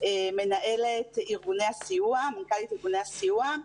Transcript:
מנהלת ארגוני הסיוע,